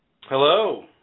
Hello